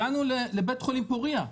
הגענו לבית חולים פורייה,